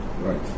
Right